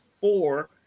four